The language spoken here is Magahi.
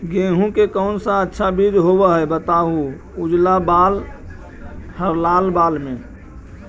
गेहूं के कौन सा अच्छा बीज होव है बताहू, उजला बाल हरलाल बाल में?